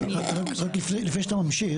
רק לפני שאתה ממשיך